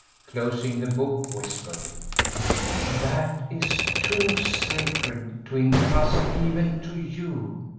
closing the book, whispered that is too sacred to intrust even to you,